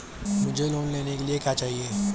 मुझे लोन लेने के लिए क्या चाहिए?